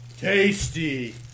Tasty